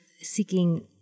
seeking